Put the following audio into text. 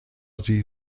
sie